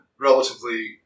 Relatively